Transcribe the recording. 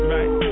Right